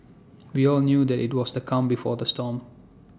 we all knew that IT was the calm before the storm